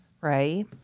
Right